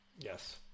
yes